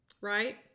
right